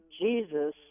Jesus